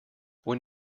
when